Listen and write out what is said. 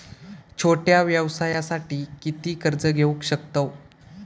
छोट्या व्यवसायासाठी किती कर्ज घेऊ शकतव?